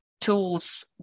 tools